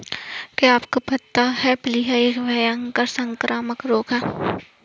क्या आपको पता है प्लीहा एक भयानक संक्रामक रोग है?